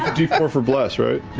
ah d four for bless, right?